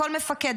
כל מפקד,